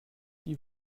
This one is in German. die